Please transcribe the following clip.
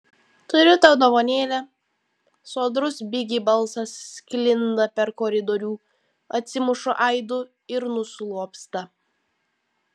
turiu tau dovanėlę sodrus bigi balsas sklinda per koridorių atsimuša aidu ir nuslopsta